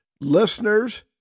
Listeners